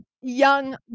Young